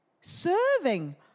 Serving